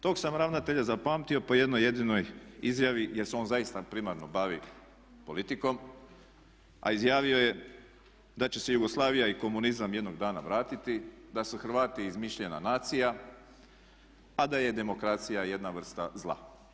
Tog sam ravnatelja zapamtio po jednoj jedinoj izjavi jer se on zaista primarno bavi politikom a izjavio je da će se Jugoslavija i komunizam jednog dana vratiti, da su Hrvati izmišljena nacija a da je demokracija jedna vrsta zla.